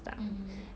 mmhmm